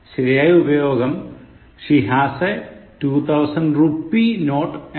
ശരിയായ പ്രയോഗം She has a two thousand rupee note എന്നാണ്